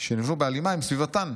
שנבנו בהלימה עם סביבתן,